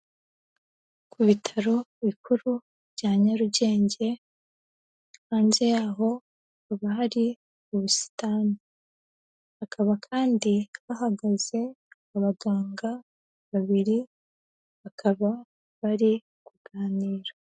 Ku bitaro bikuru bya Nyarugenge, hanze yaho hakaba hari ubusitani. Hakaba kandi bahagaze abaganga babiri, bakaba bari kuganira.